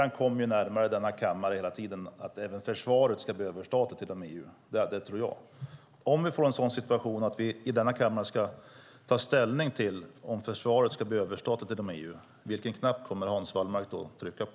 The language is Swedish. Att även försvaret ska bli överstatligt inom EU är en fråga som kommer allt närmare denna kammare. Om vi i denna kammare ska ta ställning till om försvaret ska bli överstatligt inom EU, vilken knapp kommer Hans Wallmark då att trycka på?